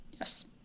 Yes